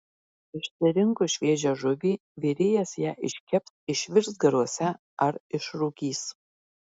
išsirinkus šviežią žuvį virėjas ją iškeps išvirs garuose ar išrūkys